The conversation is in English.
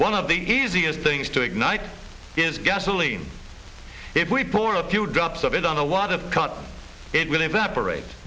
one of the easiest things to ignite is gasoline if we pour a few drops of it on a lot of cut it will evaporate